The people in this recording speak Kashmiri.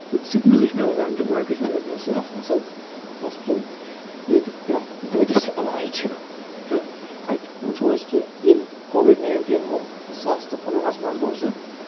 تہٕ سِکِمٕزٕے چھُ مےٚ باسان جموں اینٛڈ کَشمیٖرَس منٛز سُہ اَکھ اَصٕل ہاسپِٹَل ییٚتہِ پرٛٮ۪تھ دٲدِس علاج چھِ تہٕ اَتہِ وٕچھو أسۍ کہِ ییٚلہِ کووِڈ ناینٹیٖن گوٚو زٕ ساس تہٕ کُنوُہَس منٛز گوٚو سُہ